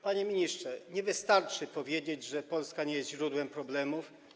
Panie ministrze, nie wystarczy powiedzieć, że Polska nie jest źródłem problemów.